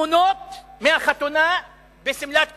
תמונות מהחתונה בשמלת כלולות,